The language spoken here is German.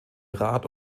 rat